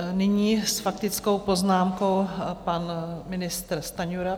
Nyní s faktickou poznámkou pan ministr Stanjura.